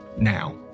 now